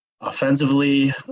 offensively